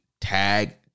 Tag